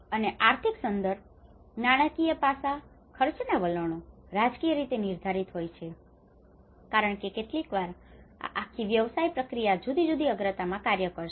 અને આર્થિક સંદર્ભ નાણાકીય પાસા ખર્ચના વલણો રાજકીય રીતે નિર્ધારિત હોય છે કારણ કે કેટલીકવાર આ આખી વ્યવસાય પ્રક્રિયા જુદી જુદી અગ્રતામાં કાર્ય કરશે